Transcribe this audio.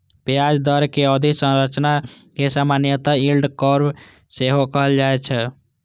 ब्याज दरक अवधि संरचना कें सामान्यतः यील्ड कर्व सेहो कहल जाए छै